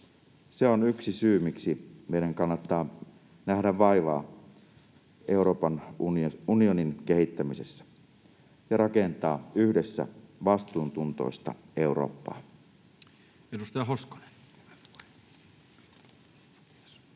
Se on yksi syy, miksi meidän kannattaa nähdä vaivaa Euroopan unionin kehittämisessä ja rakentaa yhdessä vastuuntuntoista Eurooppaa.